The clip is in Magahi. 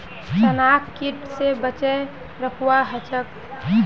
चनाक कीट स बचई रखवा ह छेक